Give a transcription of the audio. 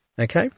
Okay